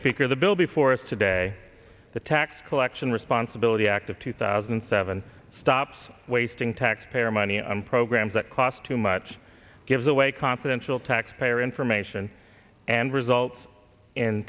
speaker the bill before us today the tax collection responsibility act of two thousand and seven stops wasting taxpayer money on programs that cost too much gives away confidential taxpayer information and results in